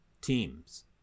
teams